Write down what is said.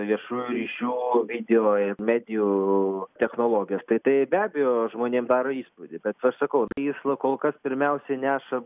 viešųjų ryšių video ir medijų technologijas tai tai be abejo žmonėm daro įspūdį bet aš sakau na jis na kol kas pirmiausiai neša